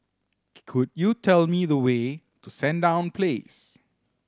could you tell me the way to Sandown Place